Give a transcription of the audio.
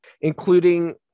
including